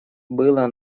было